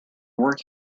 work